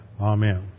Amen